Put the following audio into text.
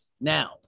Now